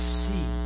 see